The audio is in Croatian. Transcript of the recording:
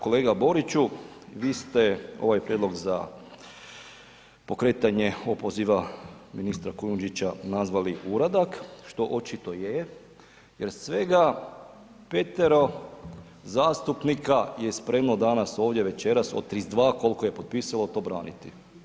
Kolega Boriću, vi ste ovaj prijedlog za pokretanje opoziva ministra Kujundžića nazvali uradak što očito jer jer svega petero zastupnika je spremno danas ovdje večeras od 32 koliko je potpisalo to braniti.